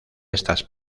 estas